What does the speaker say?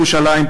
בירושלים,